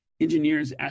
engineers